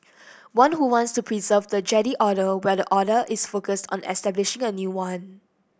one who wants to preserve the Jedi Order while the other is focused on establishing a new one